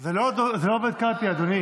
זה לא רק לקלפי.